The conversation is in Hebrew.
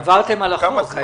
עברתם על החוק.